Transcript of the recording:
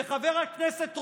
וחבר הכנסת רוטמן,